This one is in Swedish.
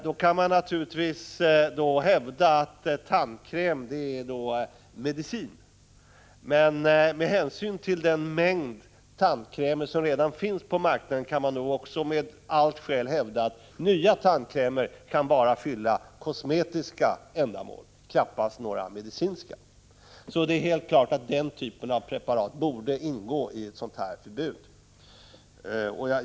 Då kan man naturligtvis hävda att tandkräm är medicin. Men med hänsyn till den mängd tandkrämer som redan finns på marknaden kan man också med allt skäl hävda att nya tandkrämer bara kan fylla kosmetiska ändamål, knappast några medicinska. Så det är helt klart att den typen av preparat borde ingå i ett förbud.